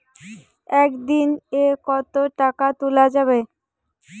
একদিন এ কতো টাকা তুলা যাবে?